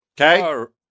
Okay